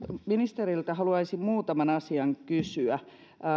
ministeriltä haluaisin muutaman asian kysyä